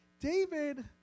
David